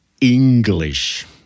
English